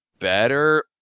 better